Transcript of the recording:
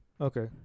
Okay